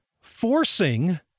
forcing